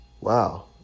wow